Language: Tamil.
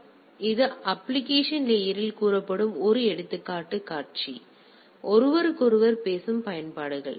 பி போன்றது அப்ப்ளிகேஷன் லேயர் இல் கூறப்படும் ஒரு எடுத்துக்காட்டு காட்சி இவை ஒருவருக்கொருவர் பேசும் பயன்பாடுகள்